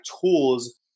tools